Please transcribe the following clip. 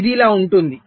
ఇది ఇలా ఉంటుంది